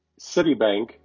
Citibank